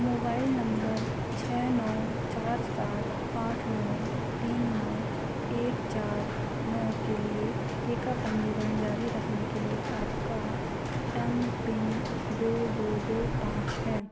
mobile number छः नौ चार सात आठ नौ तीन नौ एक चार नौ के लिए टीका पंजीकरण जारी रखने के लिए आपका एम पिन दो दो दो पाँच है